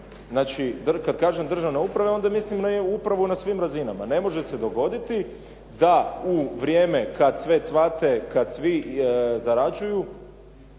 uprave. Kada kažem državna uprava, onda mislim na upravu na svim razinama. Ne može se dogoditi da u vrijeme kada sve cvate, kada svi zarađuju